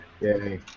Yay